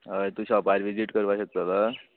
हय तूं शॉपार विजीट करपा शकतलो